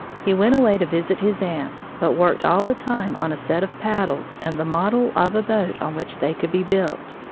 he went away to visit his aunt but worked all the time on a set of paddles and the model of a boat on which they could be built.